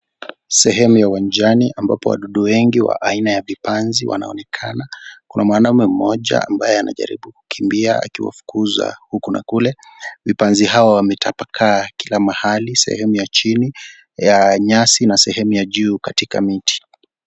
Sehemu ya uwanjani ambapo wadudu wengi wa aina ya vipanzi wanaonekana. Kuna mwanaume mmoja ambaye anajaribu kukimbia akiwafukuza huku na kule. Vipanzi hawa wametapakaa kila mahali, sehemu ya chini ya nyasi na sehemu ya juu katika miti.